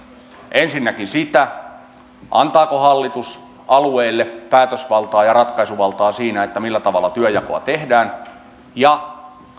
ensinnäkin sitä antaako hallitus alueelle päätösvaltaa ja ratkaisuvaltaa siinä millä tavalla työnjakoa tehdään ja